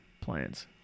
plans